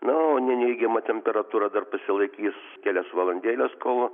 na o ne neigiama temperatūra dar pasilaikys kelias valandėles kol